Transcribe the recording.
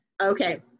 okay